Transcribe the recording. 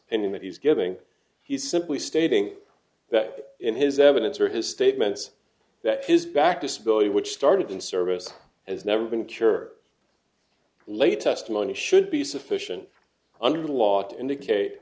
and that he's giving he's simply stating that in his evidence or his statements that his back disability which started in service has never been cured late testimony should be sufficient under the law to indicate